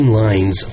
lines